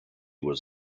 was